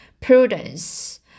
prudence